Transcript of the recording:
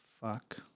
fuck